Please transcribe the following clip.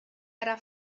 era